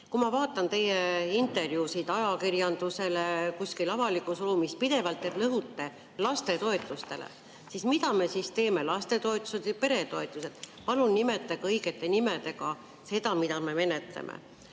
Kui ma vaatan teie intervjuusid ajakirjandusele kuskil avalikus ruumis, siis pidevalt te rõhute lastetoetustele. Mida me siis teeme? Lastetoetused või peretoetused? Palun nimetage õigete nimedega seda, mida me menetleme. Nüüd,